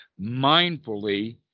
mindfully